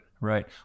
Right